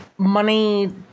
Money